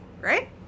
right